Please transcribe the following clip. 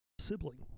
sibling